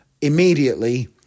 immediately